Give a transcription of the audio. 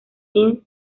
teen